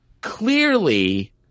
Clearly